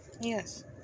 yes